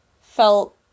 felt